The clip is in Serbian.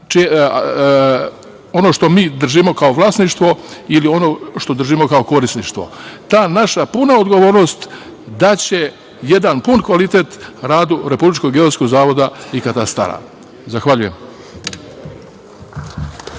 onome što mi držimo kao vlasništvo ili ono što držimo kao korisništvo. Ta naša puna odgovornost daće jedan pun kvalitet radu Republičkog geodetskog zavoda i katastara. Zahvaljujem.